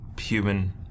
human